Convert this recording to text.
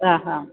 അ ഹാ